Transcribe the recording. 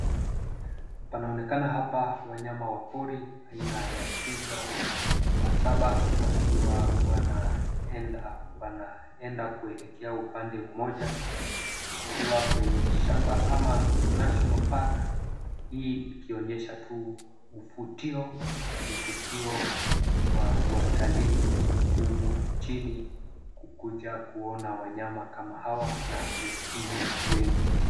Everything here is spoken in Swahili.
panaonekana hapa wanyama wa pori aina ya twiga wasaba wakiwa wana enda kuelekea upande mmoja, wakiwa kwenye shamba ama National park hii ikionyesha tu uvutio wa watalii humu nchini kukuja kuona wanyama kama hawa na wengine wengi.